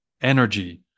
energy